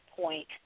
point